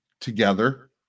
together